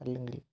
അല്ലെങ്കിൽ